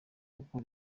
kuko